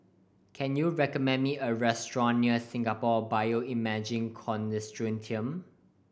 can you recommend me a restaurant near Singapore Bioimaging Consortium